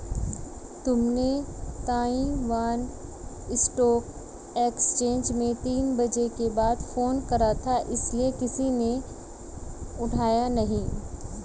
तुमने Taiwan stock exchange में तीन बजे के बाद फोन करा था इसीलिए किसी ने उठाया नहीं